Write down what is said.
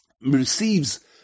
receives